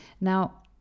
Now